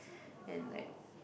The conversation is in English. and like